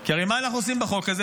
כי הרי מה אנחנו עושים בחוק הזה?